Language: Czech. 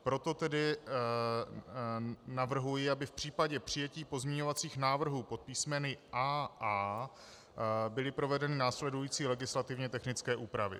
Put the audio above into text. Proto tedy navrhuji, aby v případě přijetí pozměňovacích návrhů pod písmeny AA byly provedeny následující legislativně technické úpravy.